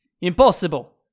Impossible